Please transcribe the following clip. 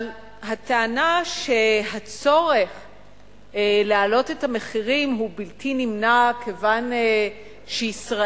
אבל הטענה שהצורך להעלות את המחירים הוא בלתי נמנע כיוון שישראל